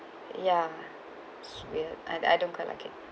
ya it's weird I I don't quite like it